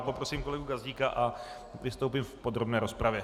Poprosím kolegu Gazdíka a vystoupím v podrobné rozpravě.